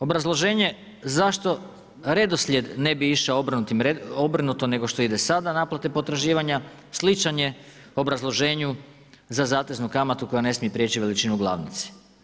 Obrazloženje zašto redoslijed ne bi išao obrnuto nego što ide sada naplate potraživanja sličan je obrazloženju za zateznu kamatu koja ne smije prijeći veličinu glavnice.